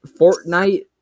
Fortnite